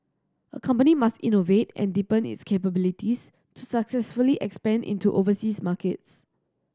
a company must innovate and deepen its capabilities to successfully expand into overseas markets